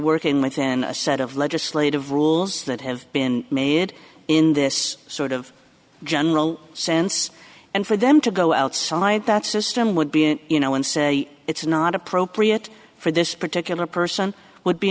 working within a set of legislative rules that have been made in this sort of general sense and for them to go outside that system would be you know and say it's not appropriate for this particular person would be